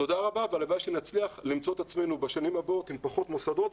תודה רבה והלוואי שנצליח למצוא את עצמנו בשנים הבאות עם פחות מוסדות.